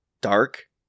dark